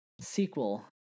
sequel